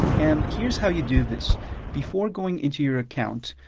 and here's how you do this before going into your account,